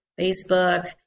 facebook